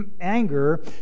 anger